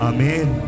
Amen